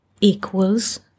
equals